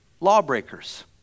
lawbreakers